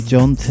John